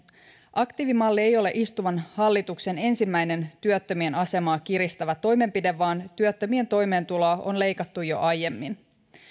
aktiivimalli ei ole istuvan hallituksen ensimmäinen työttömien asemaa kiristävä toimenpide vaan työttömien toimeentuloa on leikattu jo aiemmin työttömyysturvaa